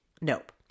Nope